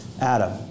Adam